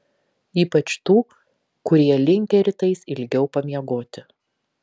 ypač tų kurie linkę rytais ilgiau pamiegoti